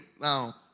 now